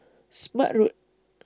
Smart Road